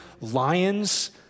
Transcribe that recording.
lions